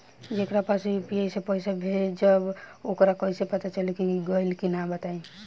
जेकरा पास यू.पी.आई से पईसा भेजब वोकरा कईसे पता चली कि गइल की ना बताई?